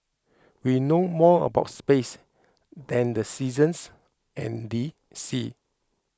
we know more about space than the seasons and the seas